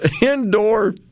indoor